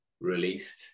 released